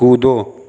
कूदो